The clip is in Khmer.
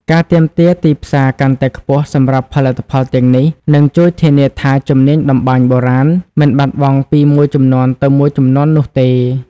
ការទាមទារទីផ្សារកាន់តែខ្ពស់សម្រាប់ផលិតផលទាំងនេះ នឹងជួយធានាថាជំនាញតម្បាញបុរាណមិនបាត់បង់ពីមួយជំនាន់ទៅមួយជំនាន់នោះទេ។